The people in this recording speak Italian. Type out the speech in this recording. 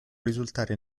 risultare